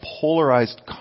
polarized